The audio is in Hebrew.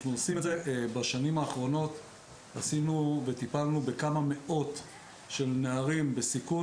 אנחנו עושים את זה ובשנים האחרונות טיפלנו בכמה מאות נערים בסיכון,